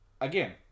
Again